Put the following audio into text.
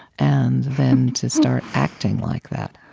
and then to start acting like that.